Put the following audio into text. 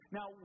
Now